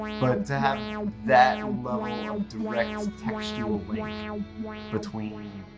but to have that level of direct textual link between